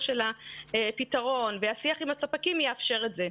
של הפתרון והשיח עם הספקים יאפשר את זה.